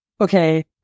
Okay